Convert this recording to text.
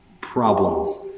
problems